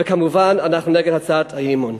וכמובן, אנחנו נגד הצעת האי-אמון.